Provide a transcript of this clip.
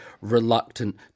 reluctant